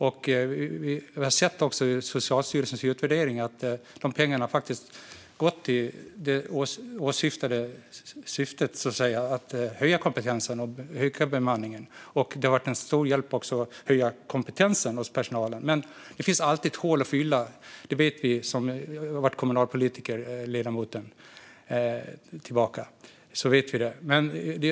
Vi har också sett i Socialstyrelsens utvärderingar att dessa pengar har gått till det som åsyftades: att höja kompetensen och öka bemanningen. De har varit till stor hjälp när det gäller att höja kompetensen hos personalen. Men det finns alltid hål att fylla; det vet ledamoten och jag, som har varit kommunalpolitiker. Fru talman!